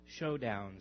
showdowns